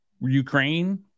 Ukraine